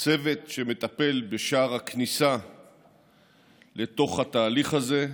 צוות שמטפל בשער הכניסה לתוך התהליך הזה,